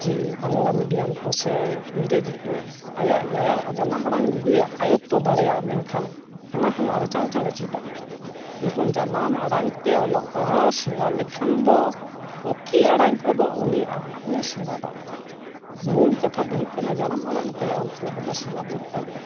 ᱡᱮ ᱵᱟᱝᱞᱟ ᱢᱤᱰᱤᱭᱟᱢᱠᱚ ᱥᱮ ᱤᱝᱨᱮᱡᱤᱠᱚ ᱟᱭᱟᱜ ᱟᱭᱟᱜ ᱡᱟᱱᱟᱢ ᱟᱲᱟᱝ ᱡᱩᱫᱤᱭ ᱟᱭᱚᱛᱛᱚ ᱫᱟᱲᱮᱭᱟᱜᱼᱟ ᱢᱮᱱᱠᱷᱟᱱ ᱦᱟᱱᱟᱠᱚ ᱢᱟ ᱟᱨᱚ ᱪᱟᱬ ᱪᱟᱬᱮ ᱪᱮᱫᱟ ᱥᱮᱨᱚᱠᱚᱢ ᱡᱟᱱᱟᱢ ᱟᱲᱟᱝᱛᱮ ᱚᱞᱚᱜ ᱯᱟᱲᱦᱟᱣ ᱥᱮᱬᱟ ᱞᱮᱠᱷᱟᱱ ᱫᱚ ᱵᱟᱹᱠᱤ ᱟᱲᱟᱝ ᱠᱚᱫᱚ ᱩᱱᱤ ᱟᱨᱦᱚᱸᱭ ᱥᱮᱬᱟ ᱫᱟᱲᱮᱭᱟᱜᱼᱟ ᱢᱩᱞ ᱠᱟᱛᱷᱟᱫᱚ ᱦᱩᱭᱩᱜ ᱠᱟᱱᱟ ᱡᱟᱱᱟᱢ ᱟᱲᱟᱝᱛᱮᱜᱮ ᱚᱞᱚᱜ ᱯᱟᱲᱦᱟᱣᱫᱚ ᱥᱮᱬᱟ ᱫᱚᱨᱠᱟᱨ ᱠᱟᱱᱟ